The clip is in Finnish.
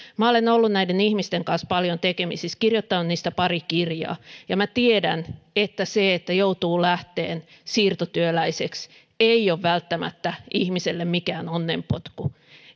minä olen ollut näiden ihmisten kanssa paljon tekemisissä kirjoittanut heistä pari kirjaa ja minä tiedän että se että joutuu lähtemään siirtotyöläiseksi ei ole välttämättä ihmiselle mikään onnenpotku